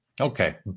Okay